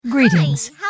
Greetings